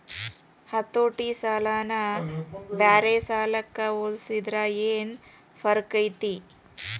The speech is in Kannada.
ಹತೋಟಿ ಸಾಲನ ಬ್ಯಾರೆ ಸಾಲಕ್ಕ ಹೊಲ್ಸಿದ್ರ ಯೆನ್ ಫರ್ಕೈತಿ?